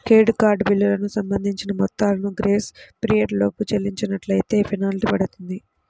credit card బిల్లులకు సంబంధించిన మొత్తాలను గ్రేస్ పీరియడ్ లోపు చెల్లించనట్లైతే ఫెనాల్టీ పడుతుంది